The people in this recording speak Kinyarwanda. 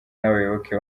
n’abayoboke